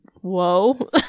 Whoa